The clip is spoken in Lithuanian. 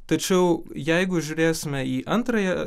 tačiau jeigu žiūrėsime į antrąją